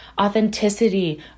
authenticity